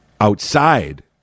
outside